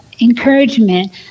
encouragement